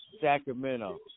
Sacramento